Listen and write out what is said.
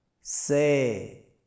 Say